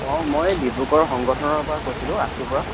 অঁ মই ডিব্ৰুগড় সংগঠনৰপৰা কৈছিলোঁ আছুৰপৰা